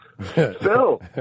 Phil